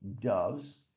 doves